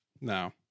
No